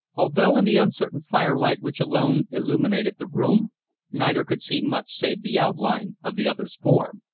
although in the uncertain firelight which alone illuminated the room neither could see much save the outline of the other's form.